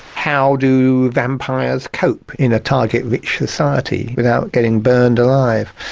how do vampires cope in a target-rich society without getting burned alive?